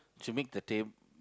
she make the